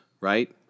right